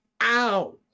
Ow